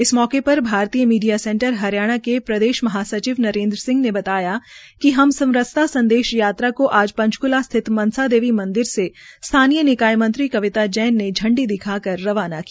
इस मौके पर इंडियन मीडिया सेंटर हरियाणा के प्रदेश महासचिव नरेन्द्र सिंह ने बताया कि इस समरसता संदेश यात्रा को आज पंचक्ला स्थित मनसा देवी मंन्दिर से स्थानीय निकाय मंत्री कविता जैन ने झंडी दिखाकर रवाना किया